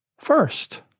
First